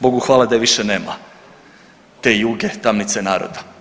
Bogu hvala da je više nema, te Juge, tamnice naroda.